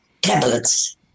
tablets